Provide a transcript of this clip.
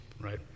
right